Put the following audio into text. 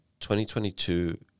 2022